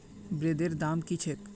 ब्रेदेर दाम की छेक